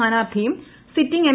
സ്ഥാനാർത്ഥിയും sitting M